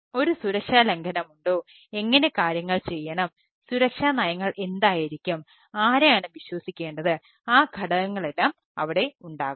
ഒരു സുരക്ഷാ ലംഘനമുണ്ടോ എങ്ങനെ കാര്യങ്ങൾ ചെയ്യണം സുരക്ഷാ നയങ്ങൾ എന്തായിരിക്കും ആരെയാണ് വിശ്വസിക്കേണ്ടത് ആ ഘടകങ്ങളെല്ലാം അവിടെ ഉണ്ടാകും